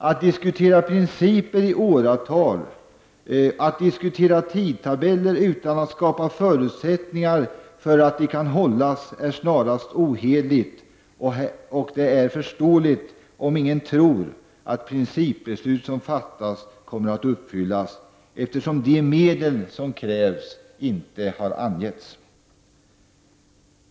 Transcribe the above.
Att diskutera principer i åratal, att diskutera tidtabeller utan att skapa förutsättningar för att de kan hållas är snarast ohederligt, och det är förståeligt om ingen tror att principbeslut som fattas kommer att uppfyllas, eftersom de medel som krävs inte har angetts.